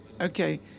okay